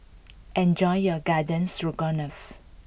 enjoy your Garden Stroganoff